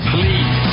Please